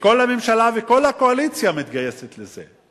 וכל הממשלה וכל הקואליציה מתגייסת לזה.